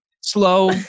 Slow